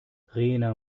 rena